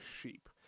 sheep